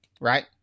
right